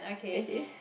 which is